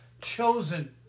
chosen